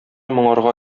моңарга